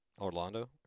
Orlando